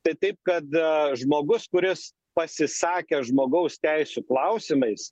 tai taip kad žmogus kuris pasisakė žmogaus teisių klausimais